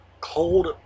Cold